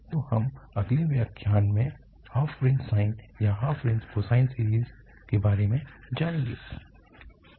तो हम अगले व्याख्यान में हाफ रेंज साइन या हाफ रेंज कोसाइन सीरीज के बारे में जानेंगे